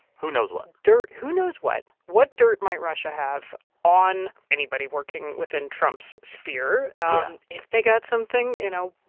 who knows what. dirt who knows what? what dirt might russia have on anybody working within trump's sphere? yeah if they got something, you know.